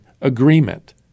agreement